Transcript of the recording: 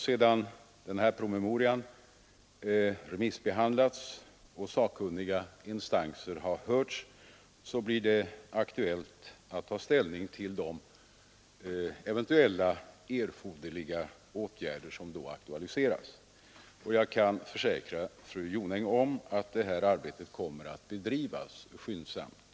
Sedan promemorian remissbehandlats och sakkunniga instanser har hörts blir det aktuellt att ta ställning till eventuellt erforderliga åtgärder. Jag kan Nr 139 försäkra fru Jonäng att arbetet kommer att bedrivas skyndsamt.